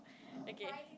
okay